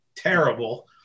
terrible